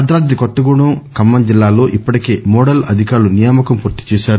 భద్రాద్రి కొత్తగూడెం ఖమ్మం జిల్లాల్లో ఇప్పటికే మోడల్ అధికారుల నియామకం పూర్తి చేశారు